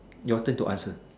your turn to answer